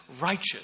righteous